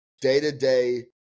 Day-to-day